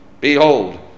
Behold